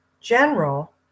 general